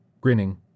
Grinning